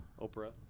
Oprah